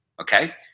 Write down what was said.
okay